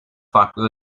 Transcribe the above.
farklı